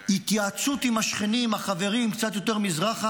בהתייעצות עם השכנים, החברים, קצת יותר מזרחה,